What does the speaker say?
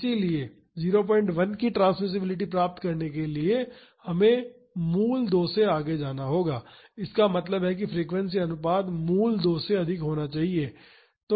इसलिए 01 की ट्रांसमिसिबिलिटी प्राप्त करने के लिए हमें मूल 2 से आगे जाना होगा इसका मतलब है कि फ्रीक्वेंसी अनुपात मूल 2 से अधिक होना चाहिए